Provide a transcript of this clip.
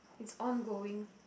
it's ongoing